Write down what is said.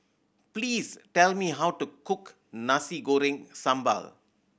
please tell me how to cook Nasi Goreng Sambal